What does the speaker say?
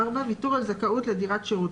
ויתור על זכאות לדירת שירות.